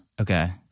Okay